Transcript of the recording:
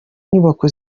nyubako